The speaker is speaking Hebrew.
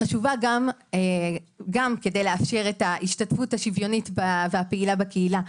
חשובה גם כדי לאפשר את ההשתתפות השוויונית והפעילה בקהילה.